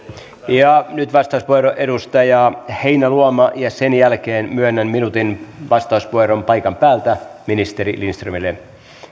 ja nyt vastauspuheenvuoro edustaja heinäluoma ja sen jälkeen myönnän minuutin vastauspuheenvuoron paikan päältä ministeri lindströmille